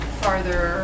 farther